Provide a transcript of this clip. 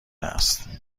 است